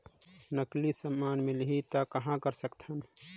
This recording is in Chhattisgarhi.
नकली समान मिलही त कहां कर सकथन?